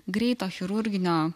greito chirurginio